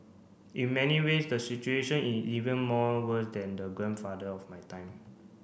in many ways the situation in even more worse than the grandfather of my time